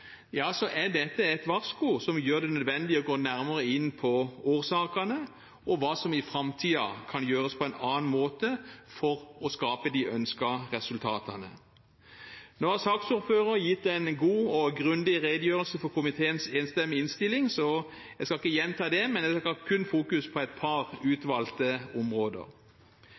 så er dette et varsku som gjør det nødvendig å gå nærmere inn på årsakene og hva som i framtiden kan gjøres på en annen måte for å skape de ønskede resultatene. Nå har saksordføreren gitt en god og grundig redegjørelse for komiteens enstemmige innstilling, så jeg skal ikke gjenta det, men jeg skal kun fokusere på et par